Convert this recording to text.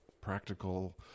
practical